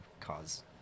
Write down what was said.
cause